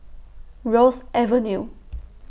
Ross Avenue